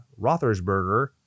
Rothersberger